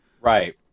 Right